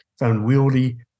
unwieldy